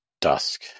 dusk